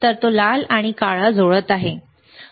तर तो लाल आणि काळा जोडत आहे बरोबर